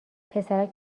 پسرک